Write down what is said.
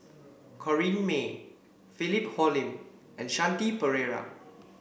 Corrinne May Philip Hoalim and Shanti Pereira